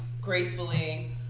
gracefully